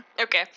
Okay